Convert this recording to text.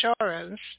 insurance